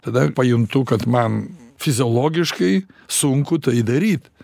tada pajuntu kad man fiziologiškai sunku tai daryt